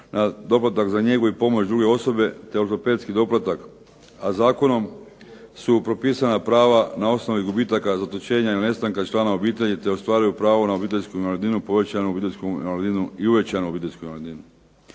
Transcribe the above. na doplatak za njegu i pomoć druge osobe, te ortopedski doplatak, a zakonom su propisana prava na osnovi gubitaka, zatočenja ili nestanka člana obitelji, te ostvaruju pravo na obiteljsku invalidninu povećanu obiteljsku invalidninu i uvećanu obiteljsku invalidninu.